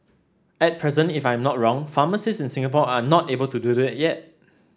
at present if I'm not wrong pharmacists in Singapore are not able to do that yet